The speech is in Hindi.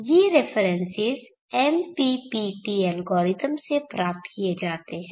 ये रेफरेन्सेस MPPT एल्गोरिथ्म से प्राप्त किए जाते हैं